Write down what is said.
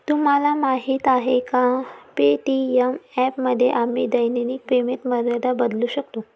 तुम्हाला माहीत आहे का पे.टी.एम ॲपमध्ये आम्ही दैनिक पेमेंट मर्यादा बदलू शकतो?